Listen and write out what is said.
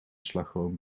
slagroom